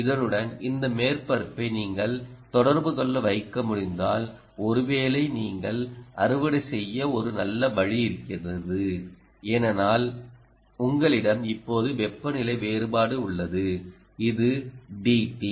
இதனுடன் இந்த மேற்பரப்பை நீங்கள் தொடர்பு கொள்ள வைக்க முடிந்தால் ஒருவேளை நீங்கள் அறுவடை செய்ய ஒரு நல்ல வழி இருக்கிறது ஏனென்றால் உங்களிடம் இப்போது வெப்பநிலை வேறுபாடு உள்ளது இது dT